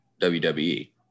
WWE